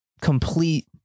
complete